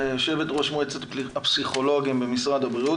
יושבת ראש מועצת הפסיכולוגים במשרד הבריאות,